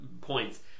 points